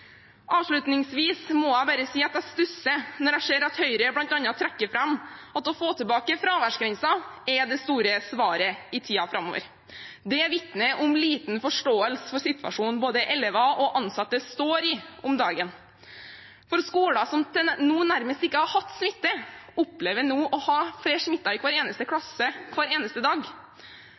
Avslutningsvis må jeg bare si at jeg stusser når jeg ser at Høyre bl.a. trekker fram at å få tilbake fraværsgrensen er det store svaret i tiden framover. Det vitner om liten forståelse for situasjonen både elever og ansatte står i om dagen, for skoler som til nå nærmest ikke har hatt smitte, opplever nå å ha flere smittede i hver eneste klasse hver eneste dag.